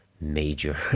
major